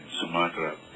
Sumatra